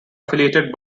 affiliated